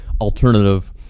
alternative